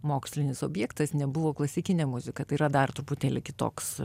mokslinis objektas nebuvo klasikinė muzika tai yra dar truputėlį kitoks